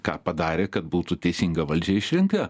ką padarę kad būtų teisinga valdžia išrinka